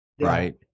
Right